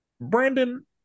Brandon